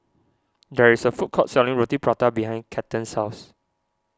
there is a food court selling Roti Prata behind Cathern's house